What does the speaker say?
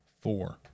Four